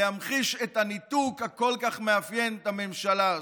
להמחיש את הניתוק הכל-כך מאפיין את הממשלה הזו.